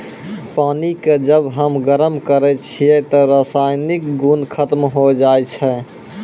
पानी क जब हम गरम करै छियै त रासायनिक गुन खत्म होय जाय छै